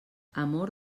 amor